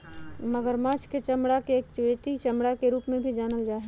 मगरमच्छ के चमडड़ा के एक्जोटिक चमड़ा के रूप में भी जानल जा हई